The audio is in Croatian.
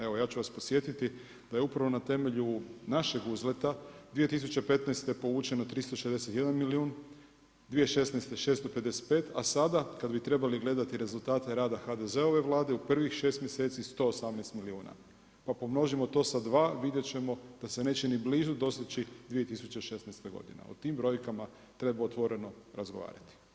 Evo ja ću vas podsjetiti da je upravo na temelju našeg uzleta 2015., povučeno 361 milijun, 2016. 655, a sada kad bi trebali gledati rezultate HDZ-ove Vlade, u prvih 6 mjeseci 118 milijuna, pa pomnožimo to sa 2, vidjet ćemo da se neće ni blizu doseći 2016. godina, o tim brojkama treba otvoreno razgovarati.